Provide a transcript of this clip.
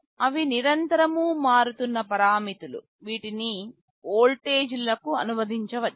అవి నిరంతరం మారుతున్న పారామితులు వీటిని వోల్టేజ్లకు అనువదించవచ్చు